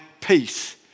peace